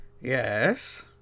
Yes